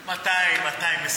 200,000,